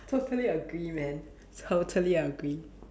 totally agree man totally agree